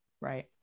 right